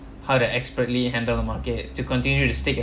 how the expertly handled the market to continue to stick